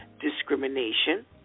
discrimination